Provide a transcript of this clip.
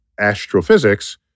astrophysics